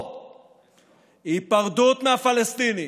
או היפרדות מהפלסטינים,